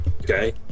okay